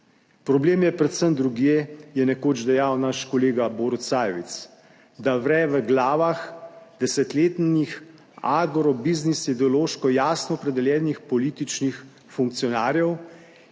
Problem je predvsem drugje, je nekoč dejal naš kolega Borut Sajovic. Da vre v glavah desetletnih agrobiznis ideološko jasno opredeljenih političnih funkcionarjev,